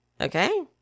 Okay